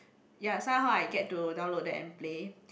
ya somehow I get to download that and play